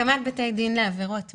הקמת בתי דין לעבירות מין.